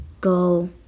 go